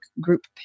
group